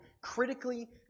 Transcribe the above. critically